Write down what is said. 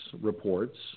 reports